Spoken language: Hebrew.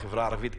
בחברה הערבית,